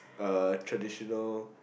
uh traditional